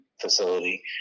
facility